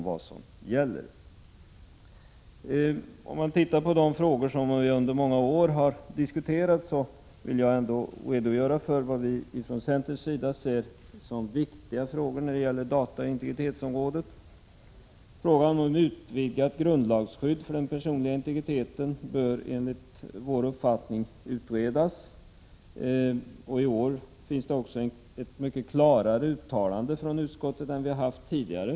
När det gäller de frågor som under många år diskuterats vill jag redogöra för vad vi från centerns sida ser som det viktiga på dataintegritetsområdet. Frågan om utvidgat grundlagsskydd för den personliga integriteten bör enligt vår uppfattning utredas. I år finns också ett mycket klarare uttalande från utskottet än vad vi haft tidigare.